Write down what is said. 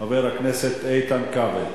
חבר הכנסת איתן כבל.